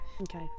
Okay